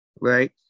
Right